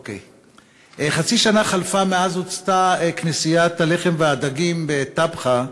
חצי שנה חלפה מאז הוצתה כנסיית הלחם והדגים בטבחה.